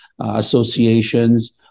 associations